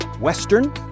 Western